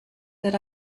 that